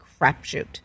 crapshoot